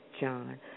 John